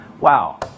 Wow